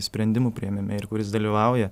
sprendimų priėmime ir kuris dalyvauja